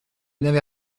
n’avez